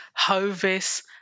Hovis